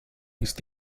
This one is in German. ist